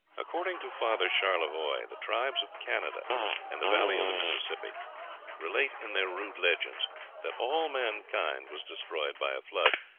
according to father charlevoix, the tribes of canada and the valley of the mississippi relate in their rude legends that all mankind was destroyed by a flood,